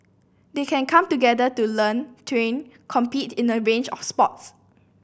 they can come together to learn train compete in a range of sports